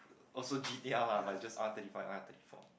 also G_T_R lah but just R thirty five R thirty four